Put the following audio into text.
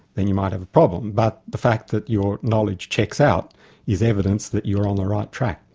then you might have a problem, but the fact that your knowledge checks out is evidence that you are on the right track.